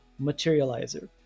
materializer